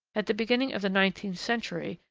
at the beginning of the nineteenth century,